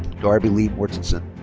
darby lee mortenson.